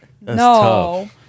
no